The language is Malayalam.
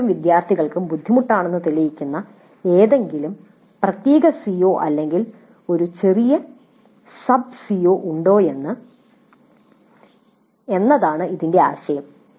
ഭൂരിപക്ഷം വിദ്യാർത്ഥികൾക്കും ബുദ്ധിമുട്ടുണ്ടെന്ന് തെളിയിക്കുന്ന ഏതെങ്കിലും പ്രത്യേക സിഒ അല്ലെങ്കിൽ ഒരു ചെറിയ സബ് സിഒ ഉണ്ടോയെന്നതാണ് ഇതിന്റെ ആശയം